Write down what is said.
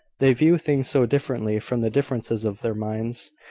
they view things so differently, from the differences of their minds,